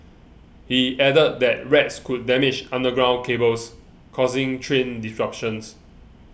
he added that rats could damage underground cables causing train disruptions